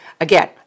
again